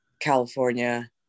California